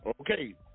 okay